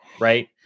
Right